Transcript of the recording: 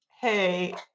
hey